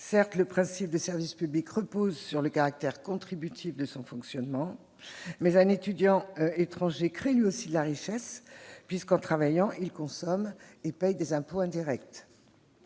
Certes le principe du service public repose sur le caractère contributif de son fonctionnement, mais un étudiant étranger crée lui aussi de la richesse puisque, en travaillant, il consomme et paie des impôts indirects.